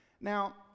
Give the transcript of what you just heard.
Now